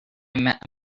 met